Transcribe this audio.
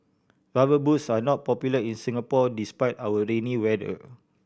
Rubber Boots are not popular in Singapore despite our rainy weather